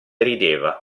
rideva